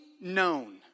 known